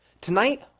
Tonight